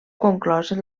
conclòs